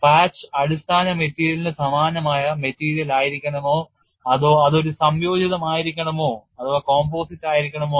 patch അടിസ്ഥാന മെറ്റീരിയലിന് സമാനമായ മെറ്റീരിയലായിരിക്കണമോ അതോ അത് ഒരു സംയോജിതമായിരിക്ക ണമോ എന്ന്